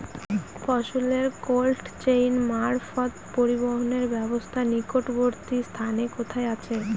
ফসলের cold chain মারফত পরিবহনের ব্যাবস্থা নিকটবর্তী স্থানে কোথায় আছে?